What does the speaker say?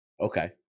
okay